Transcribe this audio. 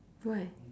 where